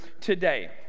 today